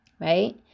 Right